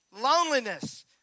Loneliness